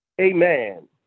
Amen